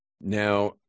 Now